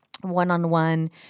one-on-one